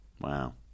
Wow